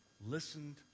listened